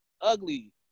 ugly